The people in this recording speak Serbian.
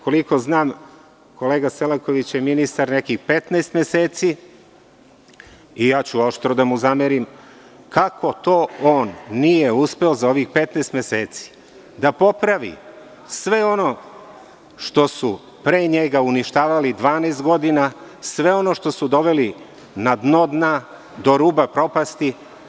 Koliko znam, kolega Selaković je ministar nekih 15 meseci i ja ću oštro da mu zamerim kako to nije uspeo za ovih 15 meseci da popravi sve ono što su pre njega uništavali 12 godina, sve ono što su doveli na dno dna, do ruba propasti.